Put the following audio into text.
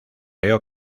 leo